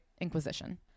inquisition